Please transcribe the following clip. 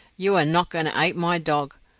you are not going to ate my dog.